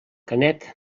canet